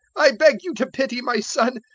i beg you to pity my son,